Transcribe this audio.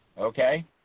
Okay